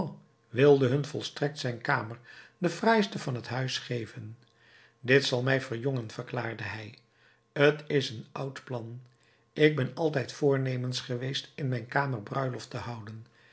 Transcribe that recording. wilde hun volstrekt zijn kamer de fraaiste van het huis geven dit zal mij verjongen verklaarde hij t is een oud plan ik ben altijd voornemens geweest in mijn kamer bruiloft te houden